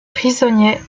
prisonnier